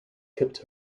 kept